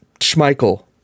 Schmeichel